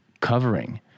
covering